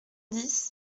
dix